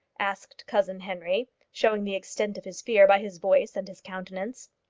asked cousin henry, showing the extent of his fear by his voice and his countenance.